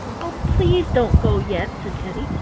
oh, please don't go yet, said teddy.